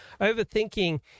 overthinking